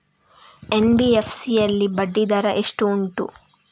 NBFC ಯಲ್ಲಿ ಬಡ್ಡಿ ದರ ಎಷ್ಟು ಉಂಟು?